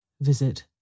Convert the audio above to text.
Visit